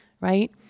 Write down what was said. right